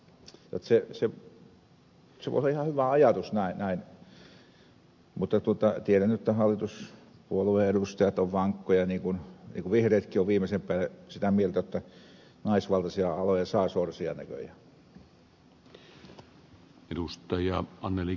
se voi olla ihan hyvä ajatus mutta tiedän nyt jotta hallituspuolueen edustajat ovat vankkoja niin kuin vihreätkin ovat viimeisen päälle sitä mieltä jotta naisvaltaisia aloja saa sorsia näköjään